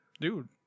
Dude